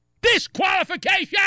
disqualification